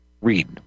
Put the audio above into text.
Read